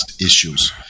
issues